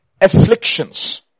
afflictions